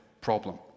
problem